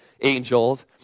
angels